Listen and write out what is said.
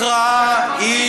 והכרעה מהי?